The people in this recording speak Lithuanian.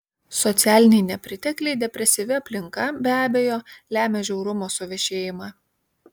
socialiniai nepritekliai depresyvi aplinka be abejo lemia žiaurumo suvešėjimą